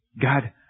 God